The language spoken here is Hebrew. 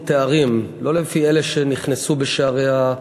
תארים ולא לפי אלה שנכנסו בשעריה.